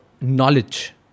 knowledge